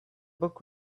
book